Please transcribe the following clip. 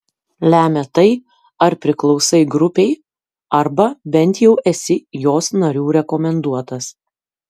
lemia tai ar priklausai grupei arba bent jau esi jos narių rekomenduotas